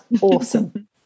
awesome